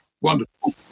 wonderful